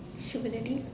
should be the D